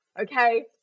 okay